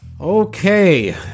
Okay